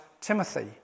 Timothy